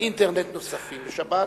אינטרנט נוספים בשבת?